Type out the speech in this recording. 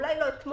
אולי לא אתמול,